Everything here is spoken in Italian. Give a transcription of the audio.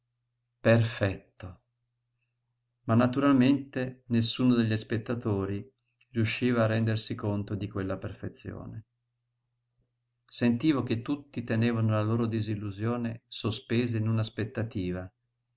perfetto ma naturalmente nessuno degli spettatori riusciva a rendersi conto di quella perfezione sentivo che tutti tenevano la loro disillusione sospesa in una aspettativa